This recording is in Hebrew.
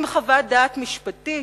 עם חוות דעת משפטית.